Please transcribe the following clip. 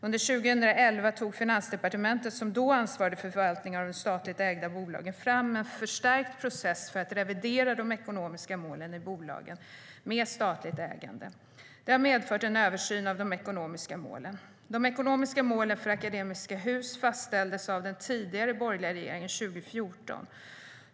Under 2011 tog Finansdepartementet, som då ansvarade för förvaltningen av de statligt ägda bolagen, fram en förstärkt process för att revidera de ekonomiska målen i bolagen med statligt ägande. Det har medfört en översyn av de ekonomiska målen. De ekonomiska målen för Akademiska Hus fastställdes 2014, av den tidigare borgerliga regeringen.